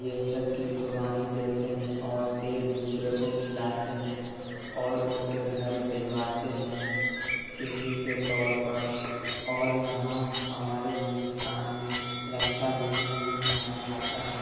یہ سب کی قربانی دیتے ہیں اور ایک دوسرے کو کھلاتے ہیں اور ان کے گھر بھجواتے ہیں شیرنی کے طور پر اور یہاں ہمارے ہندوستان میں رکشا بندھن بھی منایا جاتا ہے